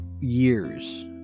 years